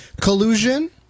collusion